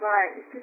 Right